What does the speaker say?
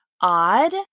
odd